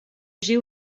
fregiu